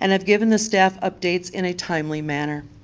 and have given the staff updates in a timely manner.